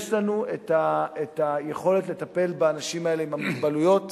יש לנו היכולת לטפל באנשים האלה עם המוגבלויות.